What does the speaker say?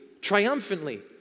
triumphantly